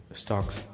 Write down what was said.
stocks